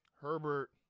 Herbert